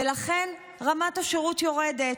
ולכן רמת השירות יורדת.